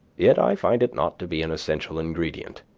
yet i find it not to be an essential ingredient,